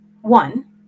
one